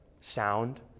sound